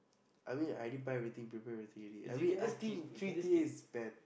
I mean I already plan everything prepare everything already I mean I think g_t_a is banned